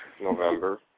November